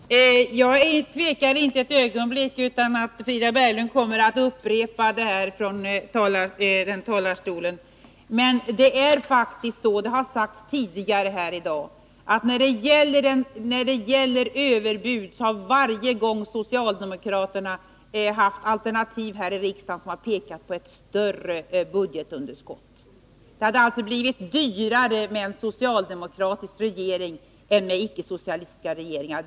Herr talman! Jag tvivlar inte ett ögonblick på att Frida Berglund kommer att upprepa dessa synpunkter från talarstolen. Men det är faktiskt så — det har sagts tidigare här i dag — att när det gäller överbud har socialdemokraterna varje gång redovisat alternativ här i riksdagen som skulle ha lett till ett större budgetunderskott. Det hade alltså blivit dyrare med en socialdemokratisk regering än med icke-socialistiska regeringar.